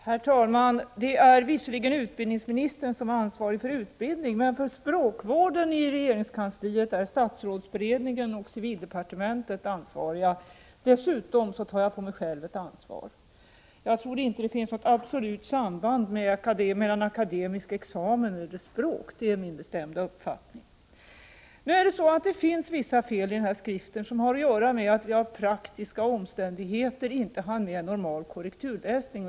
Herr talman! Det är visserligen utbildningsministern som är ansvarig för utbildning, men för språkvården i regeringskansliet är statsrådsberedningen och civildepartementet ansvariga. Dessutom tar jag själv på mig ett ansvar. Jag tror inte att det finns något absolut samband mellan akademisk examen och språk. Det är min bestämda uppfattning. Det finns vissa fel i den aktuella skriften, som har att göra med att jag av praktiska omständigheter inte hann med normal korrekturläsning.